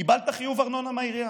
קיבלת חיוב ארנונה מהעירייה.